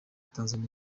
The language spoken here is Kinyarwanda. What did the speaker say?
tanzania